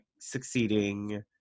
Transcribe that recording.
succeeding